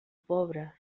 pobre